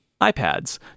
iPads